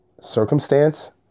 Circumstance